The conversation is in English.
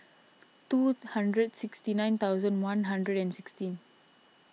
two hundred sixty nine thousand one hundred and sixteen